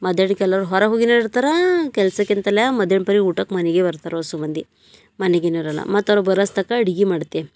ಮಧ್ಯಾಹ್ನಕ್ಕ ಎಲ್ಲರೂ ಹೊರ ಹೋಗಿನು ಇರ್ತಾರೆ ಕೆಲಸಕ್ಕೆ ಅಂತೆಲ್ಲ ಮಧ್ಯಾಹ್ನ ಬರಿ ಊಟಕ್ಕೆ ಮನೀಗೆ ಬರ್ತಾರೆ ಅಸೋ ಮಂದಿ ಮನಿಗೇನು ಇರಲ್ಲ ಮತ್ತು ಅವ್ರು ಬರಸ್ತಕ ಅಡ್ಗೆ ಮಾಡ್ತೀವಿ